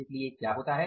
इसलिए क्या होता है